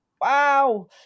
Wow